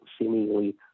seemingly